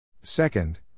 Second